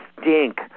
stink